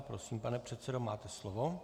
Prosím, pane předsedo, máte slovo.